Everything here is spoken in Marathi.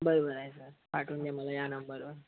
बरोबर आहे सर पाठवून द्या मला या नंबरवर